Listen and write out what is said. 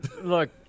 Look